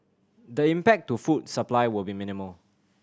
the impact to food supply will be minimal